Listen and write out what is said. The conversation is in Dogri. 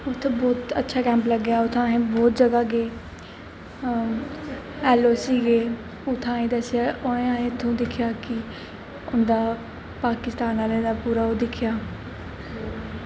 उ'त्थें बहोत अच्छा कैंप लग्गेआ उ'त्थें असें बहोत जगह् गे एल ओ सी गे उ'त्थें असें दस्सेआ उ'नें असें ई इत्थुं दिक्खेआ कि उं'दा पाकिस्तान आह्लें दा पूरा ओह् दिक्खेआ